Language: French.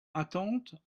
attente